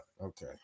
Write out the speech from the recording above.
Okay